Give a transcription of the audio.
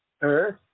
Earth